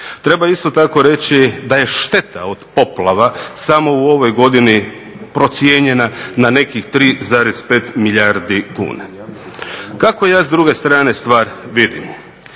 Treba isto tako reći da je šteta od poplava samo u ovoj godini procijenjena na nekih 3,5 milijardi kuna. Kako ja s druge strane stvar vidim?